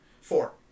Four